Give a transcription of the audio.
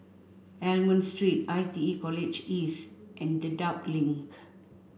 Almond Street I T E College East and Dedap Link